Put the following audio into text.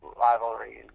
rivalry